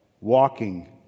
walking